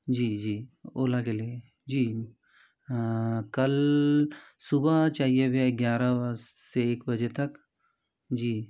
जी जी ओला के लिए जी कल सुबह चाहिए भैया ग्यारह से एक बजे तक जी